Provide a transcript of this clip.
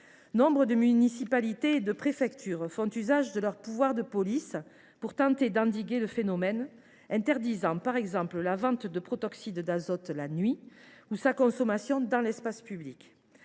Nombre de municipalités et de préfectures font usage de leurs pouvoirs de police pour tenter d’endiguer le phénomène, interdisant par exemple la vente de protoxyde d’azote la nuit ou sa consommation dans l’espace public.